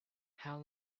how